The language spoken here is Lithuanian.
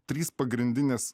trys pagrindinės